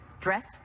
dress